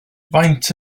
faint